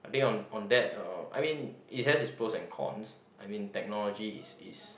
I think on on that uh I mean it has it's pros and cons I mean technology is is